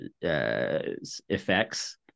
effects